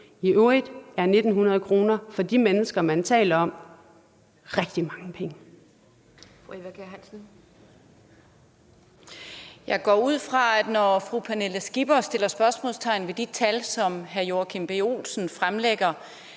I øvrigt er 1.900 kr. for de mennesker, man taler om, rigtig mange penge.